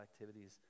activities